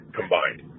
combined